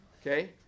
okay